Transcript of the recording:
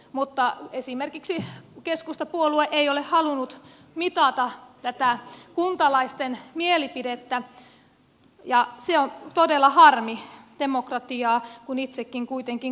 mutta esimerkiksi keskustapuolue ei ole halunnut mitata tätä kuntalaisten mielipidettä ja se on todella harmi demokratiaa kun itsekin kuitenkin kannatan